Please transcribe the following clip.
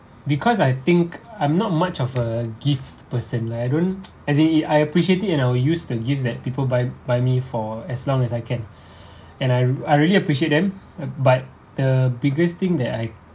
because I think I'm not much of a gift person like I don't as in eh I appreciated and I will use the gifts that people buy buy me for as long as I can and I I really appreciate them uh but the biggest thing that I